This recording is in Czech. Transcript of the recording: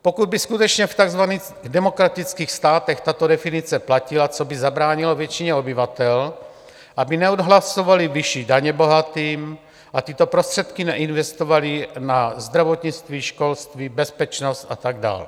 Pokud by skutečně v takzvaných demokratických státech tato definice platila, co by zabránilo většině obyvatel, aby neodhlasovali vyšší daně bohatým a tyto prostředky neinvestovali na zdravotnictví, školství, bezpečnost a tak dál?